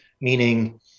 meaning